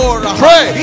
Pray